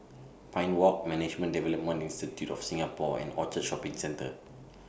Pine Walk Management Development Institute of Singapore and Orchard Shopping Centre